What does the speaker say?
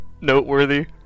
noteworthy